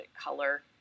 color